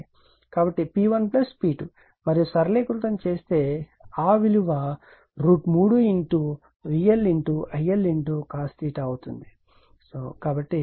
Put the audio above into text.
కాబట్టి P1 P2 మరియు సరళీకృతం చేస్తే ఆ విలువ 3VLIL cos అవుతుంది